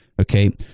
Okay